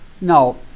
No